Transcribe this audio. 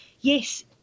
Yes